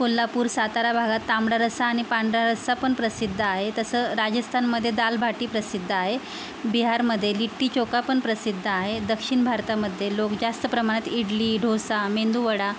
कोल्हापूर सातारा भागात तांबडा रस्सा आणि पांढरा रस्सापण प्रसिद्ध आहे तसं राजस्थानमधे दालबाटी प्रसिद्ध आहे बिहारमधे लिट्टी चोखापण प्रसिद्ध आहे दक्षिण भारतामदधे लोक जास्त प्रमाणात इडली डोसा मेदुवडा